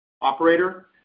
Operator